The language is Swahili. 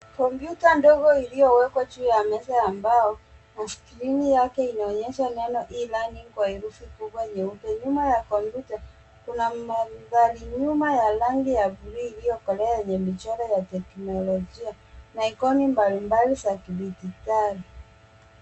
Kompyuta ndogo iliyowekwa juu ya meza ya mbao, na skrini yake inaonyesha neno E-Learning kwa herufi kubwa nyeupe. Nyuma ya kompyuta kuna mandhari nyuma ya rangi ya bluu iliyokolea yenye michoro ya teknolojia na ikoni mbalimbali za kidijitali.